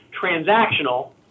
transactional